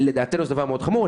לדעתנו זה דבר מאוד חמור.